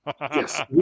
Yes